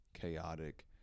chaotic